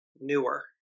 newer